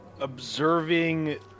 observing